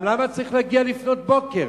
גם למה צריך להגיע לפנות בוקר?